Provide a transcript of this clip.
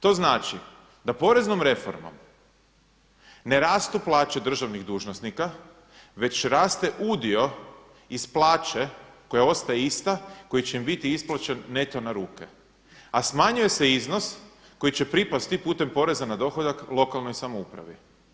To znači da poreznom reformom ne rastu plaće državnih dužnosnika već raste udio iz plaće koja ostaje ista, koji će im biti isplaćen neto na ruke, a smanjuje se iznos koji će pripasti putem poreza na dohodak lokalnoj samoupravi.